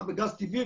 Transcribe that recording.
בבריאות ציבור,